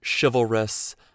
chivalrous